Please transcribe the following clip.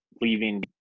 leaving